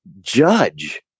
judge